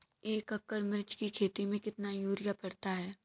एक एकड़ मिर्च की खेती में कितना यूरिया पड़ता है?